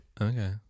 Okay